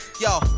yo